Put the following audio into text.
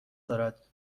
دارد